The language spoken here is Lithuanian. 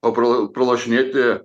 o pralo pralošinėti